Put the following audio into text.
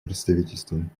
представительством